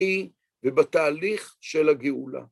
היא ובתהליך של הגאולה.